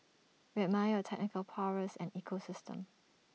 we admire your technical prowess and ecosystem